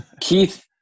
Keith